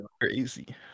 crazy